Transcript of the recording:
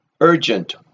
urgent